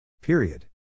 Period